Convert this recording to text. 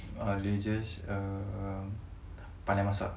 ah religious um pandai masak